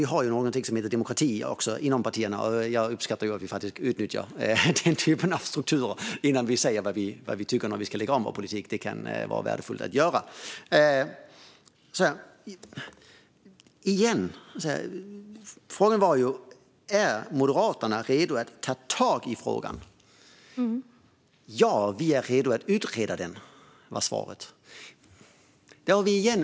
Vi har demokrati inom partierna, och jag uppskattar att vi nyttjar den strukturen innan vi säger hur vi ska lägga om vår politik; det är värdefullt. Jag undrade om Moderaterna är redo att ta tag i frågan, och svaret blev att de är redo att utreda den.